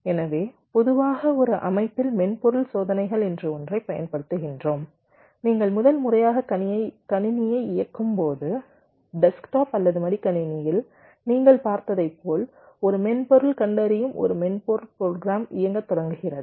எனவே பொதுவாக ஒரு அமைப்பில் மென்பொருள் சோதனைகள் என்று ஒன்றைப் பயன்படுத்துகிறோம் நீங்கள் முதல் முறையாக கணினியை இயக்கும்போது டெஸ்க்டாப் அல்லது மடிக்கணினியில் நீங்கள் பார்த்ததைப் போல ஒரு மென்பொருள் கண்டறியும் ஒரு மென்பொருள் ப்ரோக்ராம் இயங்கத் தொடங்குகிறது